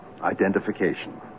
identification